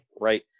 Right